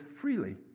freely